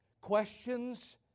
questions